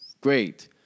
great